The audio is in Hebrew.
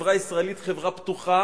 החברה הישראלית היא חברה פתוחה,